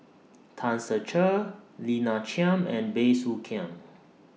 Tan Ser Cher Lina Chiam and Bey Soo Khiang